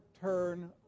turn